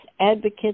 advocates